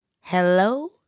Hello